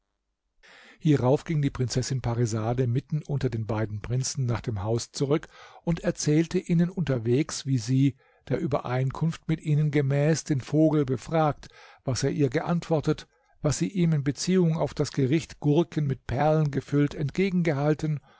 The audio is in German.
hierauf ging die prinzessin parisade mitten unter den beiden prinzen nach dem haus zurück und erzählte ihnen unterwegs wie sie der übereinkunft mit ihnen gemäß den vogel befragt was er ihr geantwortet was sie ihm in beziehung auf das gericht gurken mit perlen gefüllt